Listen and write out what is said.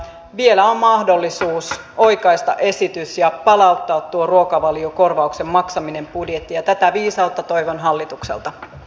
vielä on mahdollisuus oikaista esitys ja palauttaa tuo ruokavaliokorvauksen maksaminen budjettiin ja tätä viisautta toivon hallitukselta